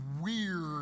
weird